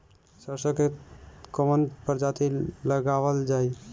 सरसो की कवन प्रजाति लगावल जाई?